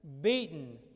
beaten